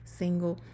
single